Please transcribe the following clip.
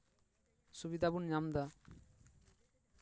ᱥᱩᱵᱤᱫᱷᱟ ᱵᱚᱱ ᱧᱟᱢᱫᱟ